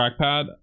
trackpad